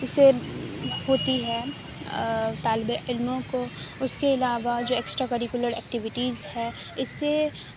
اسے ہوتی ہے طالب علموں کو اس کے علاوہ جو ایکسٹرا کریکولر ایکٹیوٹیز ہے اس سے